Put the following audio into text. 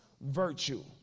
virtue